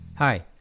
Hi